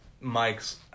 Mike's